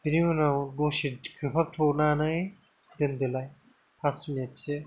बिनि उनाव दसे खोबथ'नानै दोनदोलाय पास मिनिट सो